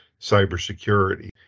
cybersecurity